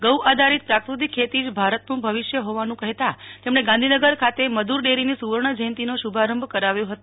ગૌ આધારિત પ્રાકૃતિક ખેતી જ ભારતનું ભવિષ્ય હોવાનું કહેતા તેમણે ગાંધીનગર ખાતે મધુર ડેરીની સુવર્ણ જયંતીનો શુભારંભ કરાવ્યો હતો